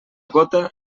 gota